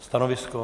Stanovisko?